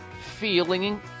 feeling